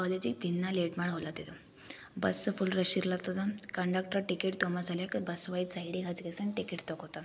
ಕಾಲೇಜಿಗೆ ದಿನ ಲೇಟ್ ಮಾಡಿ ಹೋಗ್ಲಾತಿದ್ದೊ ಬಸ್ ಪುಲ್ ರಶ್ ಇರ್ಲಾಗ್ತದ ಕಂಡಕ್ಟ್ರ್ ಟಿಕೆಟ್ ತಗಂಬೊ ಸಲುವಾಗ ಬಸ್ ಒಯ್ದು ಸೈಡಿಗೆ ಹಚ್ಚಿಸ್ಕೊಂಡ್ ಟಿಕೆಟ್ ತಗೊತಾರೆ